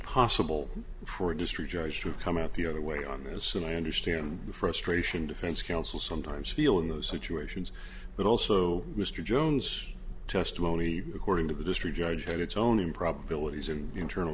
possible for district judge to come out the other way on this and i understand the frustration defense counsel sometimes feel in those situations but also mr jones testimony according to the district judge had its own improbabilities and internal